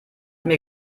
mir